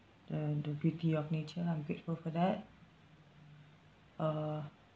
the the beauty of nature lah I'm grateful for that uh